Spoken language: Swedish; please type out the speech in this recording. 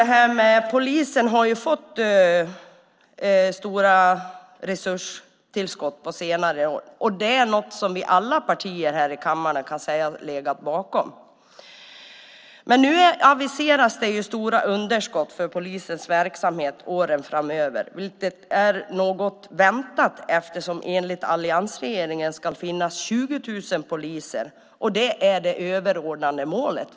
Polisen har ju fått stora resurstillskott under senare år. Det kan man säga att alla partier i denna kammare ligger bakom. Men nu aviseras stora underskott för polisens verksamhet under åren framöver, vilket är något väntat eftersom det enligt alliansregeringen ska finnas 20 000 poliser. Det verkar vara det överordnade målet.